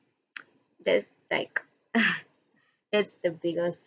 that's like that's the biggest